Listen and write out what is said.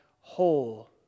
whole